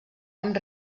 amb